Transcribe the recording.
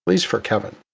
least for kevin?